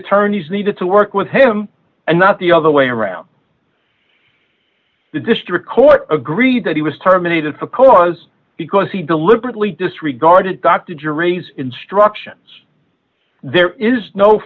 attorneys needed to work with him and not the other way around the district court agreed that he was terminated for cause because he deliberately disregarded dr dres instructions there is no